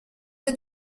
dei